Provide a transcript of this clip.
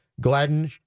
Gladden